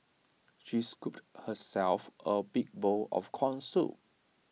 she scooped herself A big bowl of Corn Soup